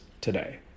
today